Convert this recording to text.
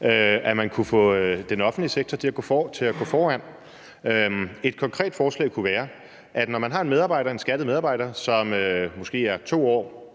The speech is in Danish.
altså at man kunne få den offentlige sektor til at gå foran. Et konkret forslag kunne være, at når man har en skattet medarbejder, som måske er 2 år